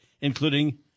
including